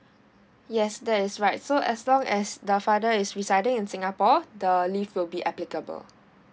yes that is right so as long as the father is residing in singapore the leave will be applicable